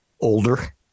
older